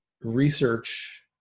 research